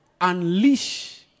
unleash